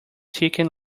chicken